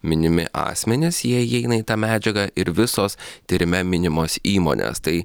minimi asmenys jie įeina į tą medžiagą ir visos tyrime minimos įmonės tai